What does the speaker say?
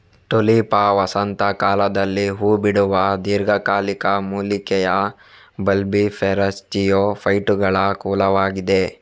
Tulipa ವಸಂತ ಕಾಲದಲ್ಲಿ ಹೂ ಬಿಡುವ ದೀರ್ಘಕಾಲಿಕ ಮೂಲಿಕೆಯ ಬಲ್ಬಿಫೆರಸ್ಜಿಯೋಫೈಟುಗಳ ಕುಲವಾಗಿದೆ